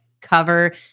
cover